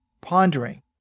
pondering